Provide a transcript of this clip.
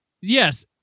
Yes